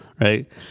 right